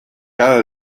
cada